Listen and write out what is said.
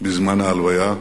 בזמן ההלוויה,